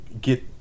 get